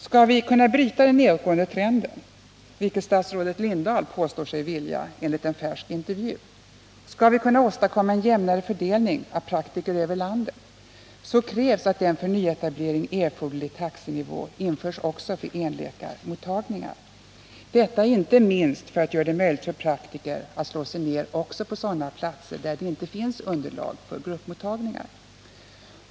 Skall vi kunna bryta den nedåtgående trenden, som statsrådet Lindahl i en färsk intervju påstår sig vilja göra, skall vi kunna åstadkomma en jämnare fördelning av praktiker över hela landet, då krävs att en för nyetablering erforderlig taxenivå införs också för enläkarmottagningar — detta inte minst för att göra det möjligt för praktiker att slå sig ned också på sådana platser där det inte finns underlag för gruppmottagningar.